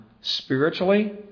spiritually